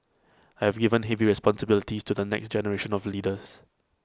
I have given heavy responsibilities to the next generation of leaders